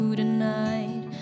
tonight